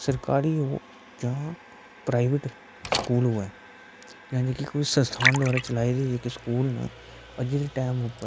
सरकारी जां private school होऐ यानी की कोई संस्थान द्वारा चलाये गेदे जेह्के स्कूल न अज्जै दे टैम उप्पर